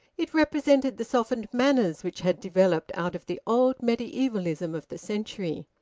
it represented the softened manners which had developed out of the old medievalism of the century.